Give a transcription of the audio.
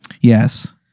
Yes